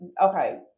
okay